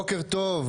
בוקר טוב.